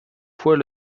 fois